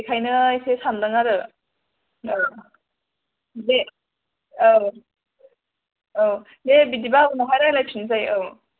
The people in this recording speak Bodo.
बेखायनो एसे सानदों आरो औ बे औ औ दे बिदिबा उनावहाय रायलायफिनसै औ